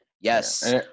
Yes